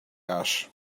ash